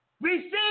Receive